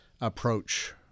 approach